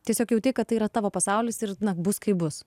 tiesiog jautei kad tai yra tavo pasaulis ir na bus kaip bus